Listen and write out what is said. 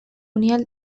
unia